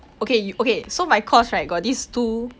okay you okay so my course right got this two